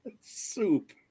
Soup